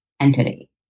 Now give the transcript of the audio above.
entity